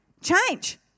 change